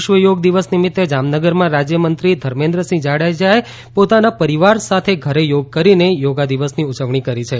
વિશ્વ યોગ દિવસ નિમિત્તે જામનગરમાં રાજ્યમંત્રી ધર્મેન્દ્રસિંહ જાડેજાએ પોતાના પરિવાર સાથે ઘરે યોગ કરીને યોગા દિવસની ઉજવણી કરી છે